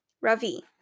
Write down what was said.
Ravi